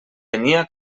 tenia